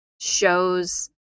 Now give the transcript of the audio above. shows